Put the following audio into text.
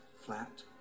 flat